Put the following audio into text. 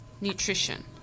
nutrition